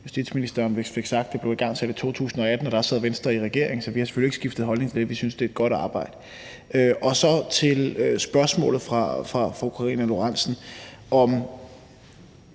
justitsministeren vist fik sagt, at det blev igangsat i 2018, og da sad Venstre i regering. Så det har vi selvfølgelig ikke skiftet holdning til. Vi synes, det er et godt arbejde. Så til spørgsmålet fra fru Karina Lorentzen